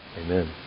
Amen